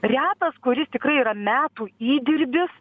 retas kuris tikrai yra metų įdirbis